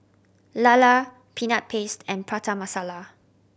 lala Peanut Paste and Prata Masala